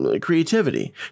creativity